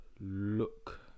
look